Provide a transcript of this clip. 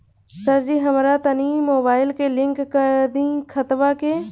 सरजी हमरा तनी मोबाइल से लिंक कदी खतबा के